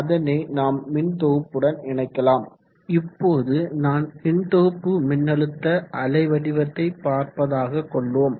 அதனை நான் மின்தொகுப்புடன் இணைக்கலாம் இப்போது நான் மின்தொகுப்பு மின்னழுத்த அலை வடிவத்தை பார்ப்பதாக கொள்வோம்